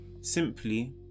simply